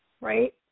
Right